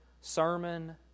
sermon